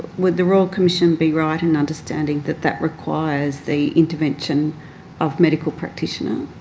would the royal commission be right in understanding that that requires the intervention of medical practitioner?